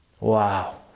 Wow